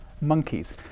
monkeys